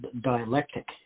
dialectic